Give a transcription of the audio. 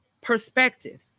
perspective